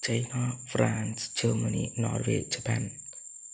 China France Germany Norway Japan